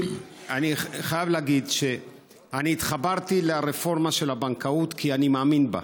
אני חייב להגיד שהתחברתי לרפורמה של הבנקאות כי אני מאמין בה.